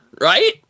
right